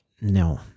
no